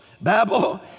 Babel